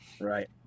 right